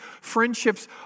friendships